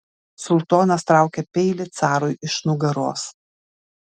sultonas traukia peilį carui iš nugaros